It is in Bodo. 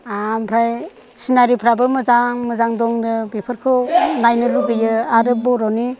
ओमफ्राय सिनारिफ्राबो मोजां मोजां दंनो बेफोरखौ नायनो लुबैयो आरो बर'नि